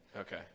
Okay